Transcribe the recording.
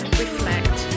reflect